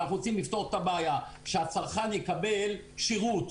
אנחנו רוצים לפתור את הבעיה שהצרכן יקבל שירות.